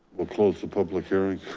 we'll close the public hearing,